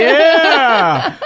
yeah.